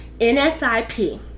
nsip